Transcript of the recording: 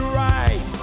right